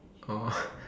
oh